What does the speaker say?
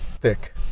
thick